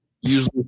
Usually